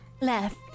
left